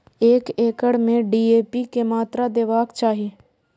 एक एकड़ में डी.ए.पी के मात्रा देबाक चाही?